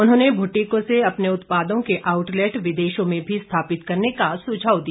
उन्होंने भुट्टिको से अपने उत्पादों के आउटलेट विदेशों में भी स्थापित करने का सुझाव दिया